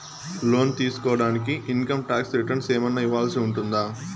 లోను తీసుకోడానికి income tax returns ఏమన్నా ఇవ్వాల్సి ఉంటుందా